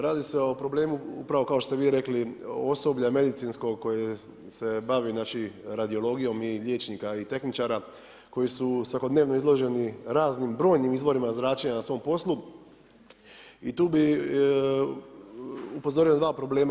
Radi se o problemu upravo kao što ste vi rekli osoblje medicinsko koje se bavi, znači radiologijom i liječnika i tehničara koji su svakodnevno izloženi raznim brojnim izvorima zračenja na svom poslu i tu bi upozorio na dva problema.